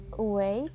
away